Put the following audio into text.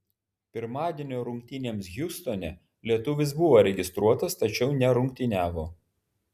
pirmadienio rungtynėms hjustone lietuvis buvo registruotas tačiau nerungtyniavo